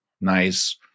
Nice